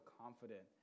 confident